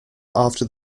after